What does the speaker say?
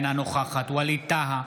אינה נוכחת ווליד טאהא,